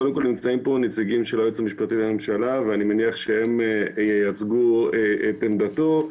נמצאים כאן נציגי היועץ המשפטי לממשלה ואני מניח שהם ייצגו את עמדתו.